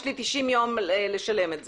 יש לי 90 יום לשלם את זה.